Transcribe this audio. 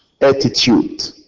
attitude